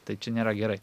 tai čia nėra gerai